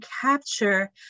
capture